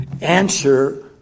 answer